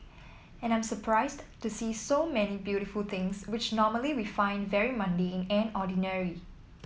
and I'm surprised to see so many beautiful things which normally we find very mundane and ordinary